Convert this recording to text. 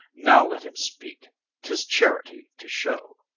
now let him speak tis charity to show.